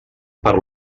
per